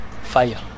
Fire